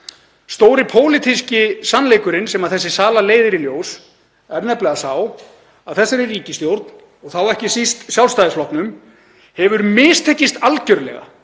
Stóri pólitíski sannleikurinn sem þessi sala leiðir í ljós er nefnilega sá að þessari ríkisstjórn, og þá ekki síst Sjálfstæðisflokknum, hefur algerlega